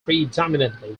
predominantly